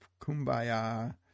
kumbaya